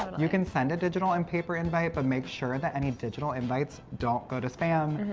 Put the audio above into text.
you can send a digital and paper invite, but make sure that any digital invites don't go to spam.